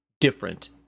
different